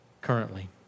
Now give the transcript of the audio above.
currently